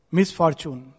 Misfortune